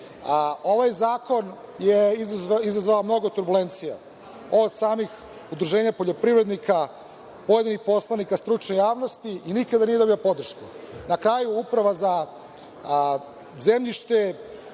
Ovaj Zakon je izazvao mnogo turbulencija, od samih udruženja poljoprivrednika, pojedinih poslanika, stručne javnosti, i nikada nije dobio podršku. Na kraju, Uprava za zemljište